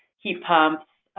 heat pumps